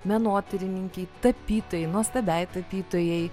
menotyrininkei tapytojai nuostabiai tapytojai